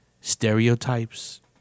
stereotypes